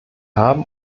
haben